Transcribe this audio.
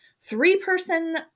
three-person